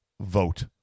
vote